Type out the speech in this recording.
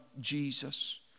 Jesus